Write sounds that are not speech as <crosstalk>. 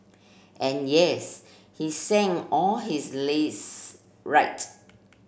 and yes he sang all his <unintelligible> right